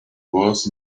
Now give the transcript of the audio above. was